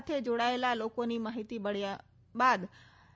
સાથે જોડાયેલા લોકોની માહિતી મળ્યા બાદ એન